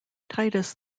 titus